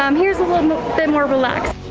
um here it's a little bit more relaxed.